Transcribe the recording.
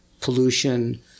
pollution